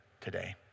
today